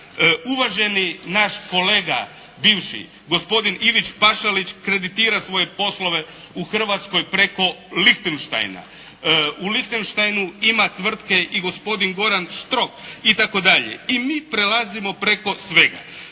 Uvaženi naš kolega bivši gospodin Ivić Pašalić kreditira svoje poslove u Hrvatskoj preko Lichtensteina. U Lichtensteinu ima tvrtke i gospodin Goran Štrok itd. I mi prelazimo preko svega.